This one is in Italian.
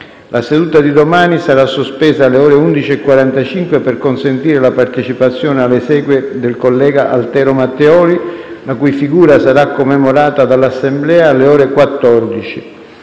La seduta di domani sarà sospesa alle ore 11,45 per consentire la partecipazione alla esequie del collega Altero Matteoli, la cui figura sarà commemorata dall'Assemblea alle ore 14.